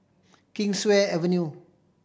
Kingswear Avenue